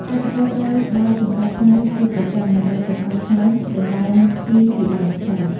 កសិករត្រូវបោចសំអាតស្មៅជាប្រចាំ ដើម្បីកុំឱ្យស្មៅដណ្តើមជីពីដើមស្រូវ។